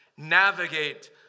Navigate